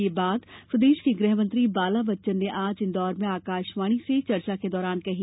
यह बात प्रदेश के गृहमंत्री बाला बच्चन ने आज इंदौर में आकाशवाणी से चर्चा के दौरान कही